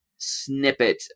snippet